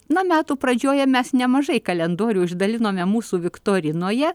na metų pradžioje mes nemažai kalendorių išdalinome mūsų viktorinoje